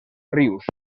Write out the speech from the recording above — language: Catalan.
rius